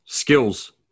Skills